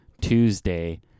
Tuesday